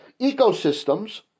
ecosystems